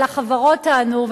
אבל החברות טענו,